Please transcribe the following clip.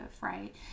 right